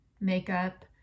makeup